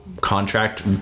contract